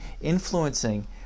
influencing